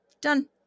done